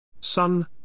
Son